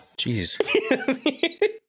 Jeez